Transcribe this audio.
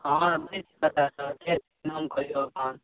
हँ नहि पता चलल फेरसँ नाम कहियौ अपन